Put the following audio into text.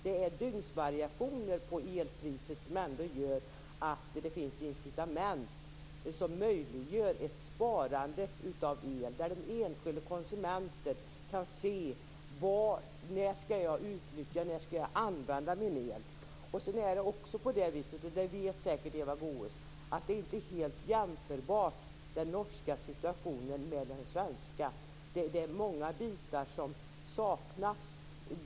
Dygnsvariationer på elpriset gör nämligen att det finns incitament som möjliggör ett sparande av el. Den enskilde konsumenten kan se när han eller hon skall använda sin el. Eva Goës vet säkert också att den norska situationen inte är helt jämförbar med den svenska. Det är många bitar som saknas.